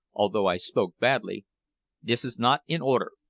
although i spoke badly this is not in order.